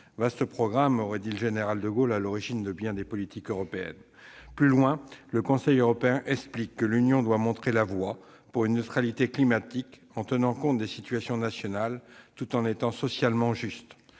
Vaste programme, aurait dit le général de Gaulle, à l'origine de bien des politiques européennes. Plus loin, le Conseil européen explique que l'Union doit montrer la voie pour une neutralité climatique en tenant compte des situations nationales tout en étant socialement juste.